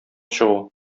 чыгу